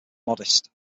modest